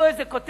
הו, איזו כותרת.